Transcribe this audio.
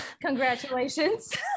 Congratulations